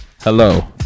hello